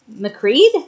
McCreed